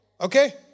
Okay